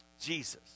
Jesus